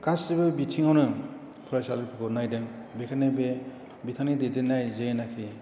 गासिबो बिथिंआवनो फरायसालिफोरखौ नायदों बेखायनो बे बिथांनि दैदेन्नाय जेनाखि